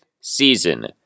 season